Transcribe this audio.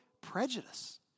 prejudice